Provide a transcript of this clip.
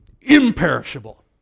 imperishable